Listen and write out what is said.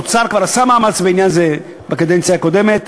האוצר כבר עשה מאמץ בעניין זה בקדנציה הקודמת,